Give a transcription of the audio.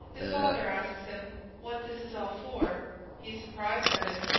his father asks him what this is all for he is surprised at it,